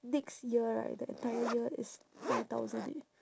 next year right the entire year is nine thousand eh